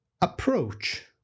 approach